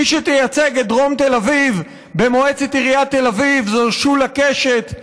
מי שתייצג את דרום תל אביב במועצת עיריית תל אביב זו שולה קשת,